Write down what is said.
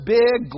big